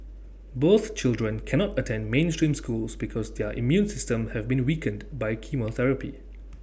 both children cannot attend mainstream schools because their immune systems have been weakened by chemotherapy